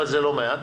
אבל זה לא מעט.